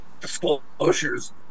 disclosures